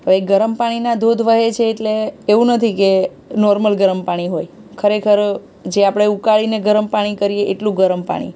તો એ ગરમ પાણીના ધોધ વહે છે એટલે એવું નથી કે નોર્મલ ગરમ પાણી હોય ખરેખર જે આપણે ઉકાળીને ગરમ પાણી કરીએ એટલું ગરમ પાણી